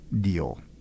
deal